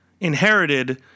inherited